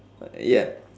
uh ya